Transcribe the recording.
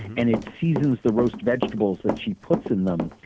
and it seasons the roast vegetables that she puts in them.